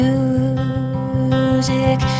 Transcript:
Music